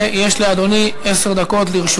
לרשות